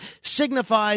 signifies